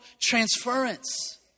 transference